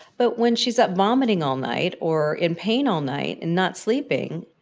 but when she's up vomiting all night or in pain all night and not sleeping,